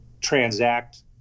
transact